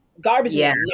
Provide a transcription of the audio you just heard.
Garbage